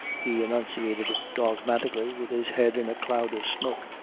he enunciated dogmatically with his head in a cloud of smoke,